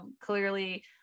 clearly